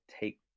take